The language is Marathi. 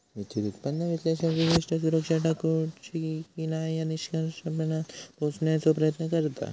निश्चित उत्पन्न विश्लेषक विशिष्ट सुरक्षा टाळूची की न्हाय या निष्कर्षापर्यंत पोहोचण्याचो प्रयत्न करता